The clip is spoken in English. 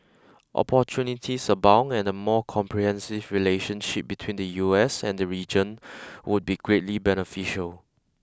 opportunities abound and a more comprehensive relationship between the U S and the region would be greatly beneficial